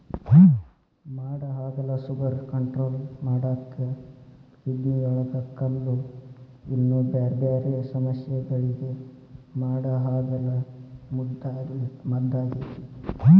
ಮಾಡಹಾಗಲ sugar control ಮಾಡಾಕ, ಕಿಡ್ನಿಯೊಳಗ ಕಲ್ಲು, ಇನ್ನೂ ಬ್ಯಾರ್ಬ್ಯಾರೇ ಸಮಸ್ಯಗಳಿಗೆ ಮಾಡಹಾಗಲ ಮದ್ದಾಗೇತಿ